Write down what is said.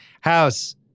House